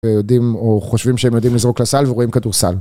ויודעים או חושבים שהם יודעים לזרוק לסל ורואים כדורסל.